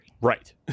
Right